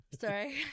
Sorry